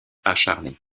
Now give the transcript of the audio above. acharnée